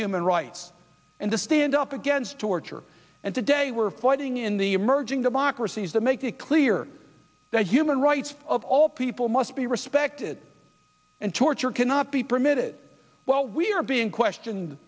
human rights and to stand up against torture and today we're fighting in the emerging democracies that make it clear that human rights of all people must be respected and torture cannot be permitted well we are being questioned